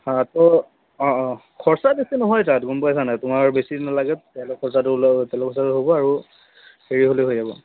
অঁ অঁ খৰচা বেছি নহয় তাত গম পইছা নাই তোমাৰ বেছি নেলাগে তেল খৰচাটো ওল তেল খৰচাটো হ'ব আৰু হেৰি হ'লেই হৈ যাব